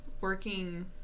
working